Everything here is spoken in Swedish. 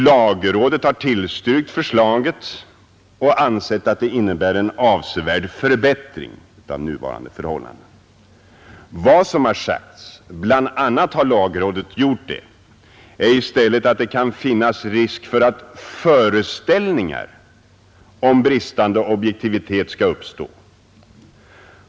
Lagrådet har tillstyrkt förslaget och ansett att det innebär en avsevärd förbättring av nuvarande förhållanden. Vad som har sagts — bl.a. har lagrådet gjort det — är i stället att det kan finnas risk för att föreställningar om bristande objektivitet kan uppstå.